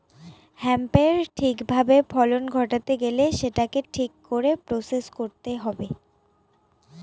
হেম্পের ঠিক ভাবে ফলন ঘটাতে গেলে সেটাকে ঠিক করে প্রসেস করতে হবে